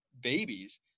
babies